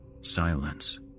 Silence